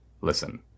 Listen